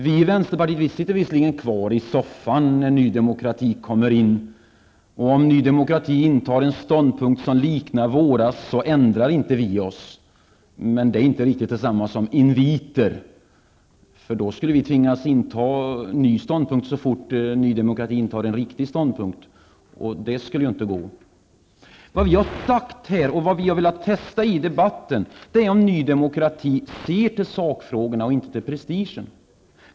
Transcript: Vi i vänsterpartiet sitter visserligen kvar i soffan när Ny Demokrati slår sig ned, och om Ny Demokrati intar en ståndpunkt som liknar vår ändrar vi oss inte -- men det är inte riktigt detsamma som inviter. I annat fall skulle vi ju tvingas inta en ny ståndpunkt så fort Ny Demokrati intar en riktig ståndpunkt, och det skulle ju inte gå. Vi har i debatten velat testa om Ny Demokrati ser till sakfrågorna och inte till prestigen.